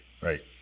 Right